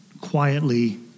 quietly